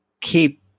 keep